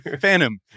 Phantom